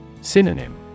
Synonym